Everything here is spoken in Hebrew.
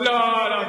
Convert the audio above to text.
לא לא,